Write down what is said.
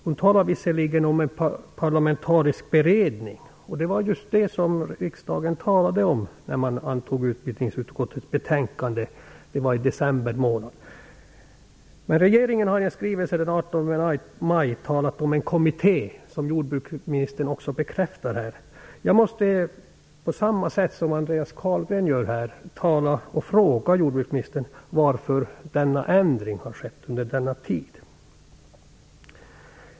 Hon talar visserligen om en parlamentarisk beredning, och det var just det som riksdagen talade om när man antog utbildningsutskottets betänkande i december. Men regeringen har i en skrivelse den 18 maj talat om en kommitté, vilket jordbruksministern också bekräftar här. Jag måste liksom Andreas Carlgren fråga jordbruksministern varför denna ändring har skett under denna tid.